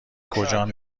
کجان